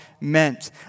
meant